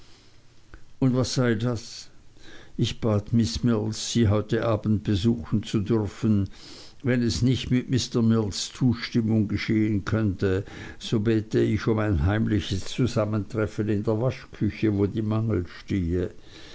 und was sei das ich bat miß mills sie heute abends besuchen zu dürfen wenn es nicht mit mr mills zustimmung geschehen könnte so bäte ich um ein heimliches zusammentreffen in der waschküche wo die mangel stehe